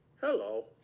Hello